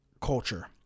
culture